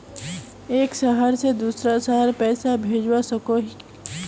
एक शहर से दूसरा शहर पैसा भेजवा सकोहो ही?